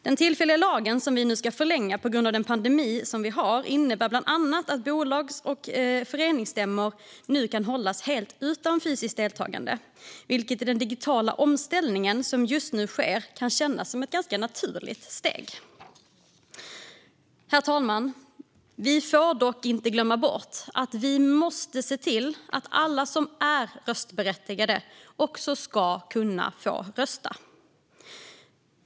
Den tillfälliga lag som vi nu ska förlänga på grund av pandemin innebär bland annat att bolags och föreningsstämmor kan hållas helt utan fysiskt deltagande. Det kan i den digitala omställning som just nu sker kännas som ett naturligt steg. Vi får dock inte glömma bort att vi måste se till att alla som är röstberättigade också kan rösta.